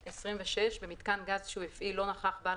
(26) במיתקן גז שהוא הפעיל לא נכח בעל